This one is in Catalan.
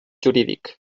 jurídic